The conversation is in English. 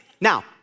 Now